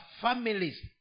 families